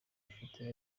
bafite